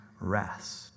rest